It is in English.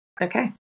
Okay